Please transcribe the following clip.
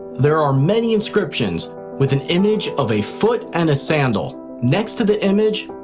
there are many inscriptions with an image of a foot and a sandal. next to the image,